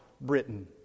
Britain